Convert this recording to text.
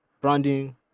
branding